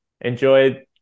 enjoy